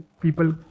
people